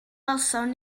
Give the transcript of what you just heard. welsom